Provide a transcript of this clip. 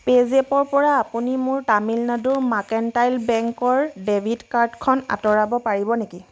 পে'জেপৰ পৰা আপুনি মোৰ তামিলনাডু মাৰ্কেণ্টাইল বেংকৰ ডেবিট কাৰ্ডখন আঁতৰাব পাৰিব নেকি